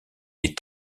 des